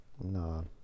No